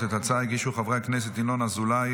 את ההצעה הגישו חברי הכנסת ינון אזולאי,